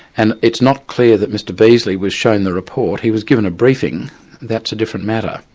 and it's not clear that mr beazley was shown the report. he was given a briefing that's a different matter.